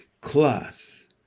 Class